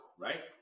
Right